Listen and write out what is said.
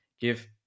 Give